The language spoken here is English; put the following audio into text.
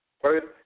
First